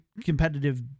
competitive